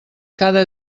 cada